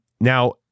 Now